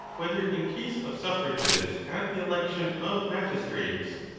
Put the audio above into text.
whether, in case of suffrages at the election of magis trates,